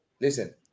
listen